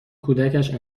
کودکش